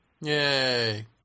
Yay